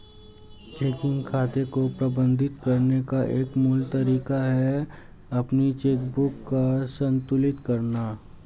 checking खाते को प्रबंधित करने का एक मूल तरीका है अपनी चेकबुक को संतुलित करना